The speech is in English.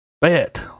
Bet